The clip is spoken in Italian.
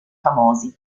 famosi